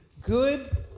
good